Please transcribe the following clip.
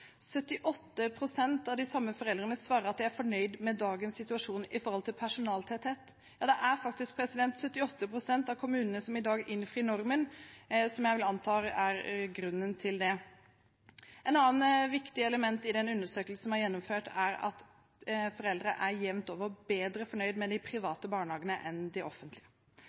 av de samme foreldrene svarer at de er fornøyd med dagens situasjon med hensyn til personaltetthet – ja, det er faktisk 78 pst. av kommunene som i dag innfrir normen, noe jeg antar er grunnen til det. Et annet viktig element i den undersøkelsen som er gjennomført, er at foreldre jevnt over er bedre fornøyd med de private barnehagene enn med de offentlige.